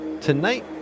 Tonight